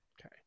Okay